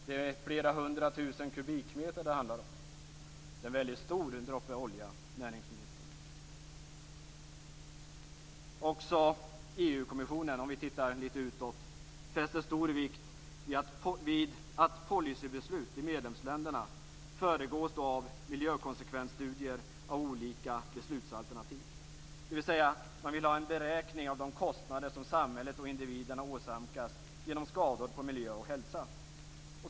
Det är flera hundratusen kubikmeter det handlar om. Den droppen olja är väldigt stor, näringsministern! Också EU-kommissionen, om vi tittar litet utåt, fäster stor vikt vid att policybeslut i medlemsländerna föregås av miljökonsekvensstudier av olika beslutsalternativ. Man vill ha en beräkning av de kostnader som samhället och individerna åsamkas genom skador på miljö och hälsa.